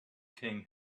king